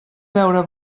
beure